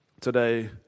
Today